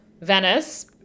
venice